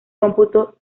cómputo